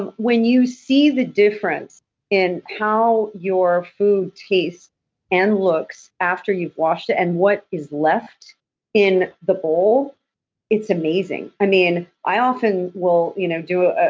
and when you see the difference in how your food tastes and looks after you've washed it, and what is left in the bowl it's amazing. i mean, i often will you know do, ah